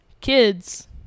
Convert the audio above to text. kids